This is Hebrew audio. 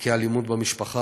בתיקי האלימות במשפחה,